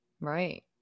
Right